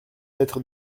être